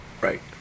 right